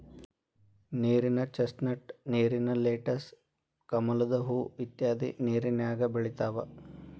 ನೇರಿನ ಚಸ್ನಟ್, ನೇರಿನ ಲೆಟಸ್, ಕಮಲದ ಹೂ ಇತ್ಯಾದಿ ನೇರಿನ್ಯಾಗ ಬೆಳಿತಾವ